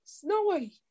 Snowy